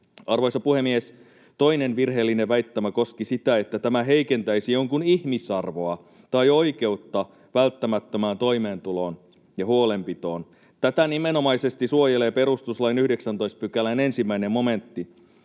Arvoisa puhemies! Toinen virheellinen väittämä koski sitä, että tämä heikentäisi jonkun ihmisarvoa tai oikeutta välttämättömään toimeentuloon ja huolenpitoon. Tätä nimenomaisesti suojelee perustuslain 19 §:n 1 momentti.